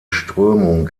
strömung